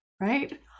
right